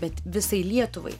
bet visai lietuvai